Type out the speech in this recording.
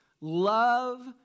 love